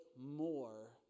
more